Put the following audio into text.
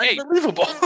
unbelievable